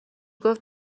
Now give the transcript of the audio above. گفت